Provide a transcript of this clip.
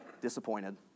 disappointed